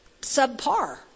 subpar